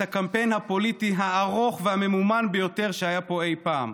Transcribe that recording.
הקמפיין הפוליטי הארוך והממומן ביותר שהיה פה אי פעם,